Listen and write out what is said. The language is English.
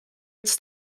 its